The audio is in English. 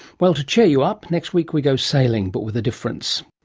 well, to cheer you up, next week we go sailing, but with a difference.